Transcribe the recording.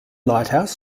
lighthouse